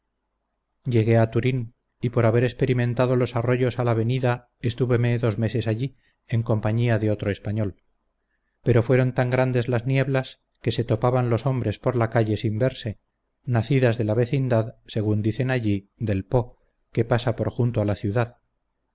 llegué a turín y por haber experimentado los arroyos a la venida estuveme dos meses allí en compañía de otro español pero fueron tan grandes las nieblas que se topaban los hombres por la calle sin verse nacidas de la vecindad según dicen allí del po que pasa por junto a la ciudad